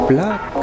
Black